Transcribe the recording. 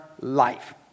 life